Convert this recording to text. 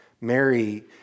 Mary